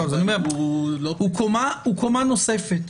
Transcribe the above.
הוא קומה נוספת.